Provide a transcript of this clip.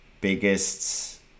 biggest